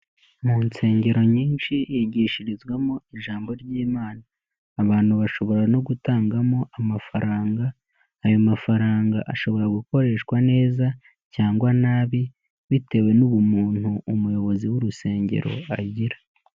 Mu nsengero nyinshi higishirizwamo ijambo ry'Imana abantu bashobora no gutangamo amafaranga, ayo mafaranga ashobora gukoreshwa neza cyangwa nabi bitewe n'ubumuntu umuyobozi w'urusengero agira.